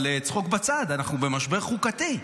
אבל צחוק בצד, אנחנו במשבר חוקתי.